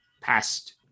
past